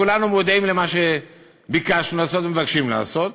כולנו מודעים למה שביקשנו ומבקשים לעשות.